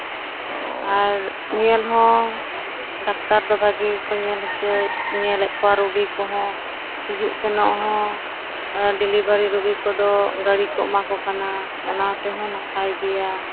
ᱟᱨ ᱧᱮᱞ ᱦᱚᱸ ᱰᱟᱠᱛᱟᱨ ᱫᱚ ᱵᱷᱟᱜᱮ ᱜᱮᱠᱚ ᱧᱮᱞ ᱦᱚᱪᱚᱭᱮᱫ ᱧᱮᱞᱮᱫ ᱠᱚᱣᱟ ᱨᱩᱜᱤ ᱠᱚᱦᱚᱸ ᱦᱤᱡᱩᱜ ᱥᱮᱱᱚᱜ ᱦᱚᱸ ᱰᱮᱞᱤᱵᱷᱟᱨᱤ ᱨᱩᱜᱤ ᱠᱚᱫᱚ ᱜᱟᱰᱤ ᱠᱚ ᱮᱢᱟ ᱠᱚ ᱠᱟᱱᱟ ᱚᱱᱟ ᱛᱮᱦᱚᱸ ᱱᱟᱯᱟᱭ ᱜᱮᱭᱟ